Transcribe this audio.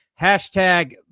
hashtag